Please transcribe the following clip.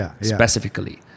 specifically